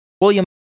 William